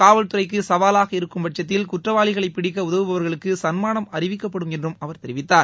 காவல்துறைக்கு சவாவாக இருக்கும் பட்சத்தில் குற்றவாளிகளை பிடிக்க உதவுபவர்களுக்கு சன்மானம் அறிக்கப்படும் என்று அவர் தெரிவித்தார்